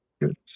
Good